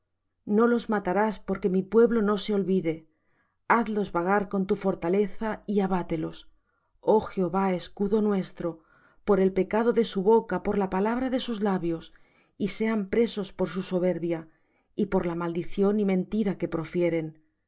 no los matarás porque mi pueblo no se olvide hazlos vagar con tu fortaleza y abátelos oh jehová escudo nuestro por el pecado de su boca por la palabra de sus labios y sean presos por su soberbia y por la maldición y mentira que profieren